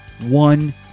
one